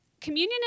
communion